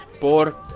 por